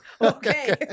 Okay